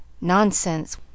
Nonsense